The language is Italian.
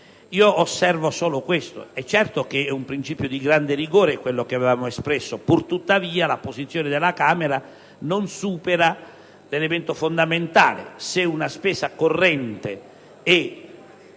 osservo solo che, certo, è un principio di grande rigore quello che avevamo espresso; pur tuttavia, la posizione della Camera non supera l'elemento fondamentale: se una spesa corrente è